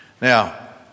Now